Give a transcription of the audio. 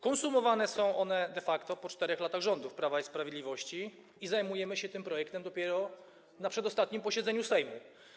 Konsumowane są one de facto po 4 latach rządów Prawa i Sprawiedliwości i zajmujemy się tym projektem dopiero na przedostatnim posiedzeniu Sejmu.